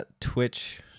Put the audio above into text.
twitch